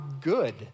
good